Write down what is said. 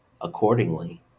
accordingly